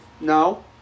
No